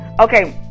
Okay